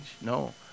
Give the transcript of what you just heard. No